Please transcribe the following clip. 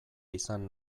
izan